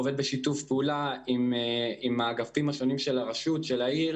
עובד בשיתוף פעולה עם האגפים השונים של העיר